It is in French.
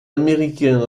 américain